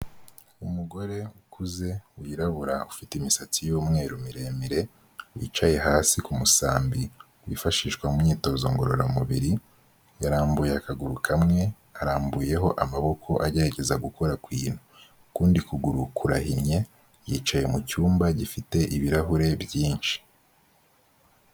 Umugore ukuze wirabura ufite imisatsi y'umweru miremire wicaye hasi ku musambi wifashishwa mu myitozo ngororamubiri, yarambuye akaguru kamwe arambuyeho amaboko agerageza gukora ku no, ukundi kuguru kurahinnye yicaye mu cyumba gifite ibirahure byinshi.